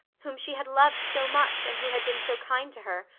whom she had loved so much and who had been so kind to her,